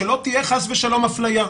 שלא תהיה חס ושלום אפליה.